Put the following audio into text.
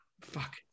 Fuck